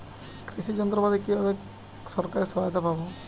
কৃষি যন্ত্রপাতি কিনতে কিভাবে সরকারী সহায়তা পাব?